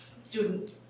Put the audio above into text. student